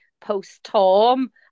post-Tom